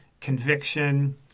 conviction